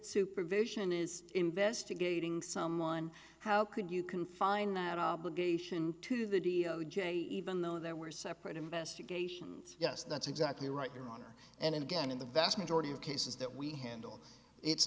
supervision is investigating someone how could you can find that obligation to the d o j even though there were separate investigations yes that's exactly right your honor and again in the vast majority of cases that we handle it's